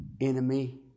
enemy